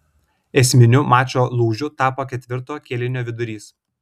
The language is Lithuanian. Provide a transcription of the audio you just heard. esminiu mačo lūžiu tapo ketvirto kėlinio vidurys